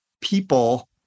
people